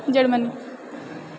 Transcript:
Germany